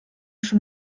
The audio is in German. schon